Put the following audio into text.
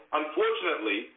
unfortunately